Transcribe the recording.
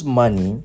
money